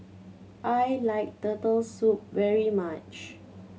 I like Turtle Soup very much